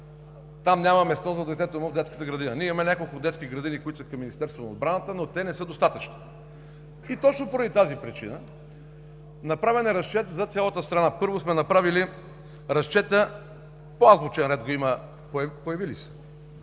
там няма място за детето му в детската градина. Имаме няколко детски градини, които са към Министерството на отбраната, но те не са достатъчни. И точно поради тази причина е направен разчет за цялата страна. Първо, направили сме разчета по азбучен ред на населените